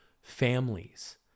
families